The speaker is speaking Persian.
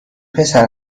پسر